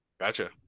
Gotcha